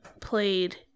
played